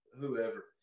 whoever